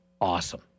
awesome